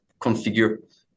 configure